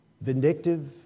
vindictive